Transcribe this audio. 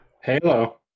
Halo